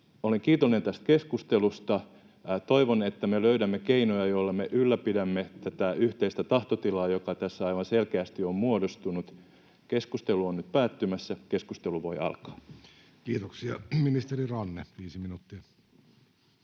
Olen kiitollinen tästä keskustelusta. Toivon, että me löydämme keinoja, joilla me ylläpidämme tätä yhteistä tahtotilaa, joka tässä aivan selkeästi on muodostunut. Tämä keskustelu on nyt päättymässä — keskustelu voi alkaa. Kiitoksia. — Ministeri Ranne, viisi minuuttia.